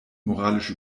moralisch